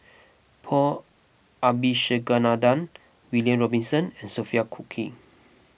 Paul Abisheganaden William Robinson and Sophia Cooke